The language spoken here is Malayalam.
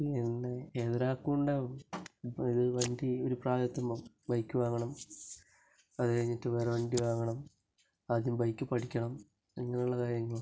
പിന്നെ എന്താണ് ഏതൊരാൾക്കും ഉണ്ടാവും ഇപ്പം ഒരു വണ്ടി ഒരു പ്രായമെത്തുമ്പോൾ ബൈക്ക് വാങ്ങണം അതുകഴിഞ്ഞിട്ട് വേറെ വണ്ടി വാങ്ങണം ആദ്യം ബൈക്ക് പഠിക്കണം ഇങ്ങനെയുള്ള കാര്യങ്ങൾ